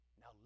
Now